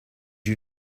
you